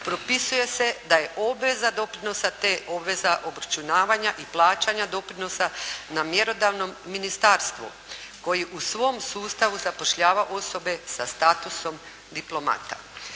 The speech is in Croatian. propisuje se da je obveza doprinosa te obveza obračunavanja i plaćanja doprinosa na mjerodavnom Ministarstvu koje u svom sustavu zapošljava osobe sa status diplomata.